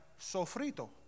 sofrito